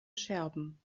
scherben